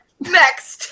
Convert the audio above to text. Next